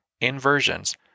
inversions